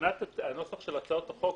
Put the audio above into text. מבחינת הנוסח של הצעות החוק,